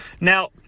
Now